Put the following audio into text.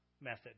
method